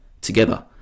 together